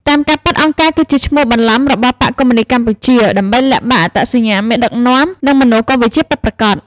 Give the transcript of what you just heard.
តាមការពិត អង្គការគឺជាឈ្មោះបន្លំរបស់ «បក្សកុម្មុយនីស្តកម្ពុជា» ដើម្បីលាក់បាំងអត្តសញ្ញាណមេដឹកនាំ និងមនោគមវិជ្ជាពិតប្រាកដ។